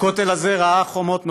הכותל הזה ראה הרבה חומות נופלות,